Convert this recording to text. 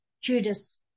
Judas